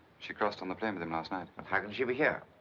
she crossed on the plane with him last night. but how can she be here?